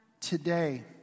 today